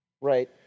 Right